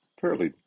fairly